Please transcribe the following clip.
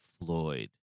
Floyd